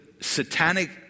satanic